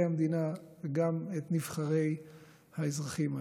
המדינה וגם את נבחרי האזרחים האלה.